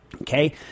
Okay